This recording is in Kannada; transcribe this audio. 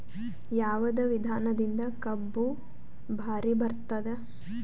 ಯಾವದ ವಿಧಾನದಿಂದ ಕಬ್ಬು ಭಾರಿ ಬರತ್ತಾದ?